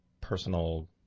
personal